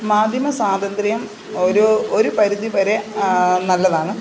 മാധ്യമ സ്വാതന്ത്ര്യം ഒരു ഒരു പരിധിവരെ നല്ലതാണ്